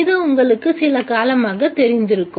இது உங்களுக்கு சில காலமாகத் தெரிந்திருக்கும்